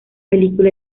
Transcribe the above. película